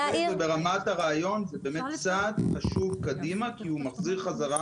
רק להגיד שברמת הרעיון זה באמת צעד חשוב קדימה כי הוא מחזיר חזרה